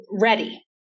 ready